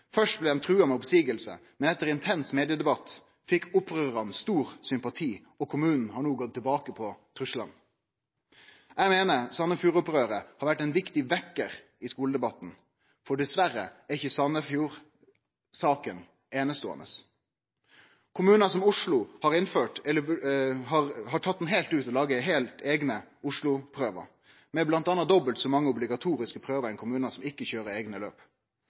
Først blei dei trua med oppseiing, men etter intens mediedebatt fekk opprørarane stor sympati, og kommunen har no gått tilbake på truslane. Eg meiner Sandefjord-opprøret har vore ein viktig vekkjar i skuledebatten, for dessverre er ikkje Sandefjord-saka eineståande. Kommunar som Oslo har tatt han heilt ut og laga heilt eigne Oslo-prøvar med m.a. dobbelt så mange obligatoriske prøvar enn i kommunar som ikkje køyrer eigne løp.